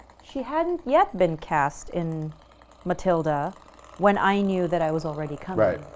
she hadn't yet been cast in matilda when i knew that i was already coming.